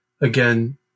Again